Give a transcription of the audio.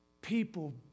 people